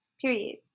Period